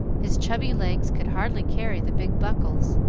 his chubby legs could hardly carry the big buckles,